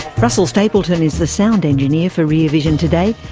russell stapleton is the sound engineer for rear vision today.